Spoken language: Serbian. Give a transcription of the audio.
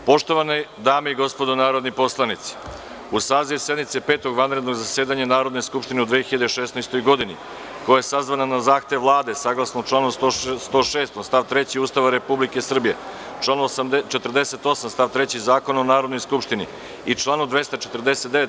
Poštovane dame i gospodo narodni poslanici, uz saziv sednice Petog vanrednog zasedanja Narodne skupštine u 2016. godini, koja je sazvana na zahtev Vlade, saglasno članu 106. stav 3. Ustava Republike Srbije, člana 48. stav 3. Zakona o Narodnoj skupštini i člana 249.